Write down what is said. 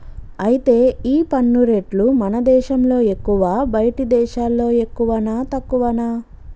అయితే ఈ పన్ను రేట్లు మన దేశంలో ఎక్కువా బయటి దేశాల్లో ఎక్కువనా తక్కువనా